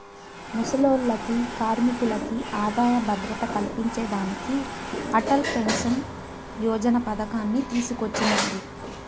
ముసలోల్లకి, కార్మికులకి ఆదాయ భద్రత కల్పించేదానికి అటల్ పెన్సన్ యోజన పతకాన్ని తీసుకొచ్చినారు